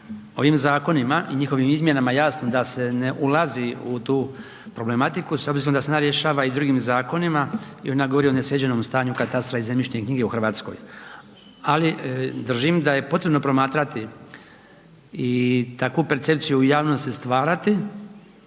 Ovim zakonima i njihovim izmjenama jasno da se ne ulazi u tu problematiku s obzirom da se ona rješava i drugim zakonima i ona govori o nesređenom stanju katastra i zemljišnih knjiga u Hrvatskoj, ali držim da je potrebno promatrati i takvu percepciju u javnosti stvarati